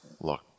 look